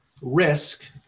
risk